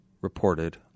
reported